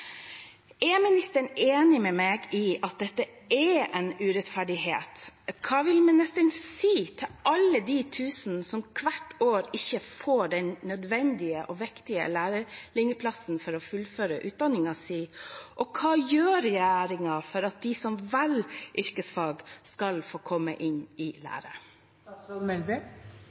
Er statsråden enig med meg i at dette er en urettferdighet? Hva vil statsråden si til alle de tusen som hvert år ikke får den nødvendige og viktige lærlingplassen for å fullføre utdanningen sin, og hva gjør regjeringen for at de som velger yrkesfag, skal få komme inn i lære?